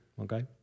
Okay